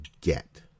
get